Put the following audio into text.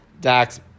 Dax